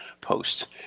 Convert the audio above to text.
post